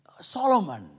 Solomon